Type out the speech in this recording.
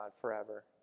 forever